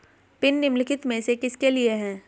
Pin निम्नलिखित में से किसके लिए है?